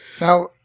Now